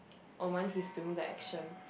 or mind he's doing that action